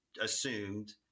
assumed